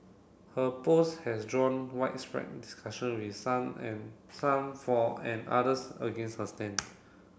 her post has drawn widespread discussion with some and some for and others against her stand